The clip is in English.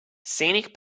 scenic